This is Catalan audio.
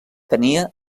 tenia